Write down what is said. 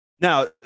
now